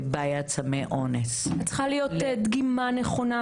בבעיית סמי האונס --- צריכה להיות דגימה נכונה,